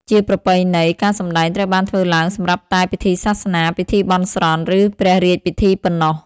ជាប្រពៃណី ការសម្តែងត្រូវបានធ្វើឡើងសម្រាប់តែ ពិធីសាសនា ពិធីបន់ស្រន់ ឬព្រះរាជពិធីប៉ុណ្ណោះ។